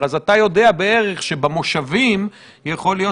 התאריך והשעה שבהם היו במגע קרוב אחרון